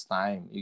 time